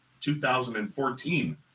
2014